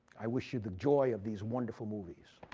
i wish you the joy of these wonderful movies.